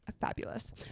fabulous